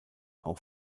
auch